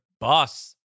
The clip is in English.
boss